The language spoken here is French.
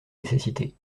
nécessité